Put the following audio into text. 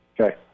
Okay